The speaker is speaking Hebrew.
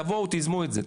תבואו, תיזמו את זה.